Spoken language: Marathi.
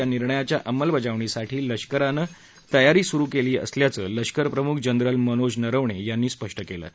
या निर्णयाच्या अंमलबजावणीसाठी लष्कराने तयारी सुरू केली असल्याचं लष्कर प्रमुख जनरल मनोज नरवणे यांनी स्पष्ट केलं आहे